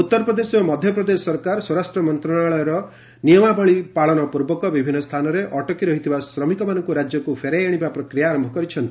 ଉତ୍ତର ପ୍ରଦେଶ ଓ ମଧ୍ୟ ପ୍ରଦେଶ ସରକାର ସ୍ୱରାଷ୍ଟ୍ର ମନ୍ତ୍ରଣାଳୟର ନିୟମାବଳୀ ପାଳନ ପୂର୍ବକ ବିଭିନ୍ନ ସ୍ଥାନରେ ଅଟକି ରହିଥିବା ଶ୍ରମିକମାନଙ୍କୁ ରାଜ୍ୟକୁ ଫେରାଇ ଆଣିବା ପ୍ରକ୍ରିୟା ଆରମ୍ଭ କରିଛନ୍ତି